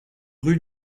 rue